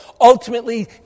Ultimately